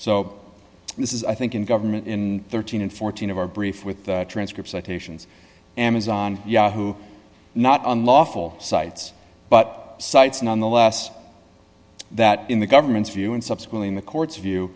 so this is i think in government in thirteen and fourteen of our brief with transcripts citations amazon yahoo not unlawful sites but sites and on the last that in the government's view and subsequently in the court's